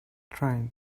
trying